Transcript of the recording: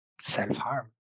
self-harm